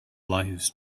lives